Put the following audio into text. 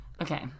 okay